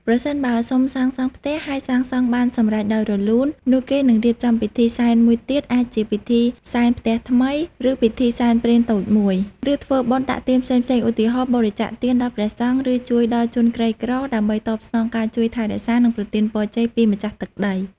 ប្រសិនបើសុំសាងសង់ផ្ទះ ហើយសាងសង់បានសម្រេចដោយរលូន នោះគេនឹងរៀបចំពិធីសែនមួយទៀត អាចជាពិធីសែនផ្ទះថ្មី ឬពិធីសែនព្រេនតូចមួយ ឬធ្វើបុណ្យដាក់ទានផ្សេងៗ ឧទាហរណ៍ បរិច្ចាគទានដល់ព្រះសង្ឃ ឬជួយដល់ជនក្រីក្រ ដើម្បីតបស្នងការជួយថែរក្សា និងប្រទានពរជ័យពីម្ចាស់ទឹកដី។